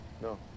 No